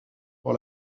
pour